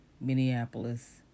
Minneapolis